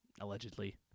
allegedly